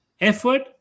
effort